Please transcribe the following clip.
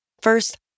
First